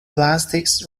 plastics